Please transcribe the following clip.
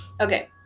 Okay